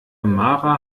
mara